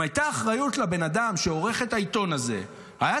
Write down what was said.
אם לבן אדם שעורך את העיתון הזה הייתה אחריות,